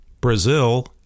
Brazil